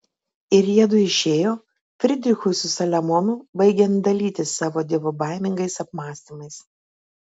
ir jiedu išėjo frydrichui su saliamonu baigiant dalytis savo dievobaimingais apmąstymais